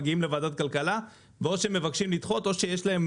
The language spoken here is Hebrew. מגיעים לוועדת כלכלה ואו שמבקשים לדחות או שיש להם